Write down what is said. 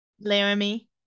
Laramie